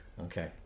Okay